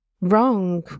wrong